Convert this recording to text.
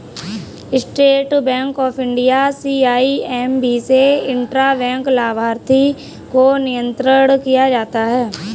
state Bank of India CIMB से intra bank लाभार्थी को नियंत्रण किया जाता है